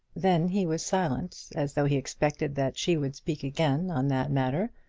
then he was silent, as though he expected that she would speak again on that matter.